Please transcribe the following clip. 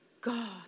God